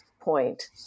point